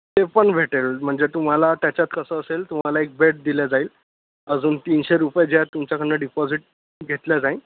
ते पण भेटेल म्हणजे तुम्हाला त्याच्यात कसं असेल तुम्हाला एक बेड दिल्या जाईल अजून तीनशे रुपये जे आहेत तुमच्याकडनं डिपॉझिट घेतल्या जाईन